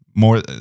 more